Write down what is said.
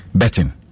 betting